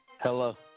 Hello